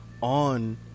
on